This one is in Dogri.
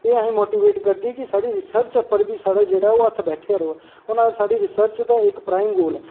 ते एह् असेंगी मोटिवेट करदी कि साढ़ी जेह्ड़ी रिसर्च उप्पर बी साढ़ा जेह्ड़ा ओह् हत्थ बैठे दा रवै हून अगर साढ़ी रिसर्च ते इक्क प्राईम गोल ऐ